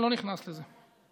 אני לא נכנס לזה.